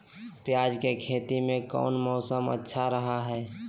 प्याज के खेती में कौन मौसम अच्छा रहा हय?